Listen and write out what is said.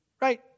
right